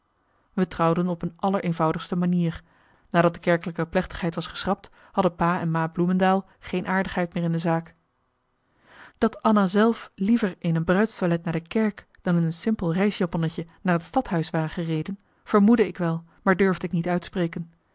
wij trouwden op een allereenvoudigste manier nadat de kerkelijke plechtigheid was geschrapt hadden pa en ma bloemendael geen aardigheid meer in de zaak dat anna zelf liever in een bruidstoilet naar de kerk dan in een simpel reisjaponnetje naar het stadhuis ware gereden vermoedde ik wel maar durfde ik niet uitspreken